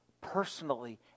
personally